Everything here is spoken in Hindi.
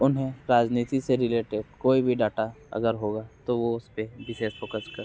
उन्हे राजनीति से रिलेटेड कोई भी डाटा अगर होगा तो वो उसपे विशेष फोकस फोकस करते है